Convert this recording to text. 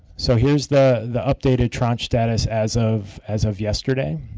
so here is the the updated tranche status as of as of yesterday.